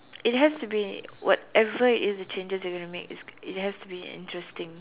it has to be whatever it is changes they are going to make it it has to be interesting